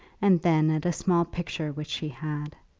and then at a small picture which she had,